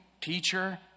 teacher